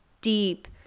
deep